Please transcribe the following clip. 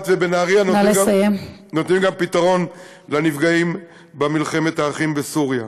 ובנהריה נותנים גם פתרון לנפגעים במלחמת האחים בסוריה.